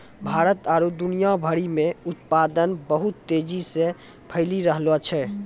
भारत आरु दुनिया भरि मे उत्पादन बहुत तेजी से फैली रैहलो छै